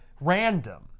random